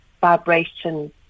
vibration